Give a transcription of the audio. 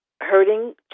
hurting